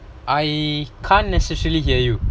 I can't necessarily hear you